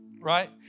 right